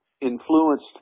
influenced